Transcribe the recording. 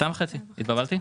2.5. התבלבלתי?